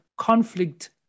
conflict